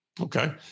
Okay